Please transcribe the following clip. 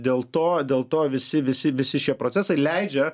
dėl to dėl to visi visi visi šie procesai leidžia